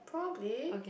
probably